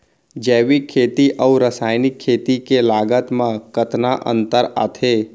जैविक खेती अऊ रसायनिक खेती के लागत मा कतना अंतर आथे?